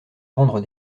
rendre